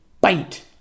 bite